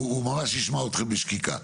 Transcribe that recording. הוא ממש ישמע אתכם בשקיקה,